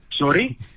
Sorry